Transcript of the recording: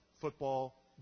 football